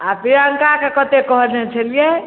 आ प्रियङ्काके कते कहने छलियै